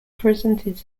presented